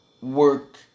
work